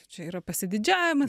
čia yra pasididžiavimas